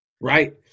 Right